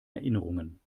erinnerungen